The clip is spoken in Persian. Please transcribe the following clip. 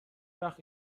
وقت